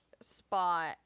spot